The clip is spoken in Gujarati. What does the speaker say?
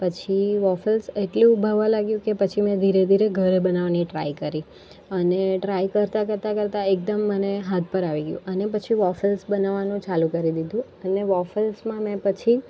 પછી વોફેલ્સ એટલું ભાવવા લાગ્યું કે પછી મેં ધીરે ધીરે ઘરે બનાવાનીએ ટ્રાય કરી અને ટ્રાય કરતાં કરતાં એકદમ મને હાથ પર આવી ગયું અને પછી વોફેલ્સ બનાવવાનું ચાલુ કરી દીધું અને વોફેલ્સ મેં પછી